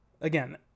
again